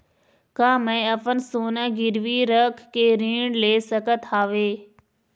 का मैं अपन सोना गिरवी रख के ऋण ले सकत हावे?